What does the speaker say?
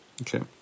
Okay